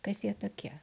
kas jie tokie